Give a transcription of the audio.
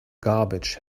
garbage